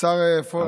השר פורר,